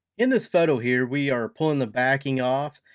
in this photo here we are pulling the backing off,